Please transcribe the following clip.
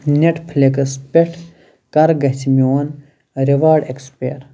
net فٕلٮ۪کس پٮ۪ٹھٕ کَر گژھِ میٛون ریوارڈ ایکسپایر